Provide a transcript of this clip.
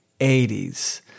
80s